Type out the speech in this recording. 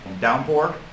downpour